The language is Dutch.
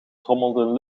trommelden